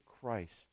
Christ